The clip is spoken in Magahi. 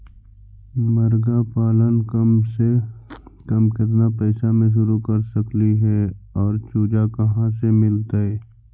मरगा पालन कम से कम केतना पैसा में शुरू कर सकली हे और चुजा कहा से मिलतै?